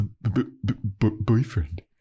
boyfriend